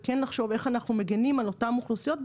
וכן לחשוב איך אנחנו מגנים על אותן האוכלוסיות,